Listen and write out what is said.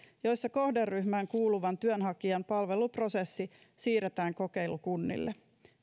joissa kohderyhmään kuuluvan työnhakijan palveluprosessi siirretään kokeilukunnille